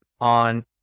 on